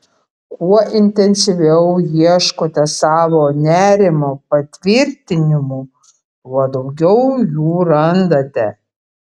kuo intensyviau ieškote savo nerimo patvirtinimų tuo daugiau jų randate